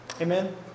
amen